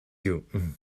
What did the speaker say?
you